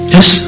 Yes